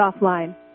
offline